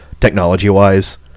Technology-wise